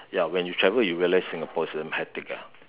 ya when you travel you realise Singapore is damn hectic ah